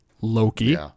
Loki